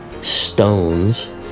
stones